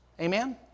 Amen